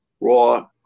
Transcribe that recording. raw